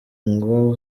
ngo